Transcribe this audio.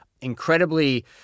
incredibly